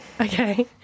Okay